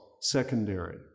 secondary